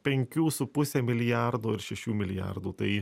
penkių su puse milijardo ir šešių milijardų tai